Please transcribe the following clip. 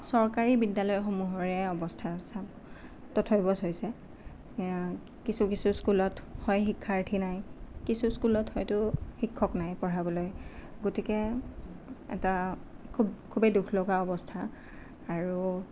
চৰকাৰী বিদ্যালয়ৰ অৱস্থা তথৈবচ হৈছে কিছু কিছু স্কুলত হয় শিক্ষাৰ্থী নাই কিছু স্কুলত হয়তু শিক্ষক নাই পঢ়াবলৈ এটা খুবেই দুখ লগা অৱস্থা আৰু